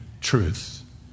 Truth